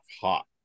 hot